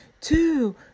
two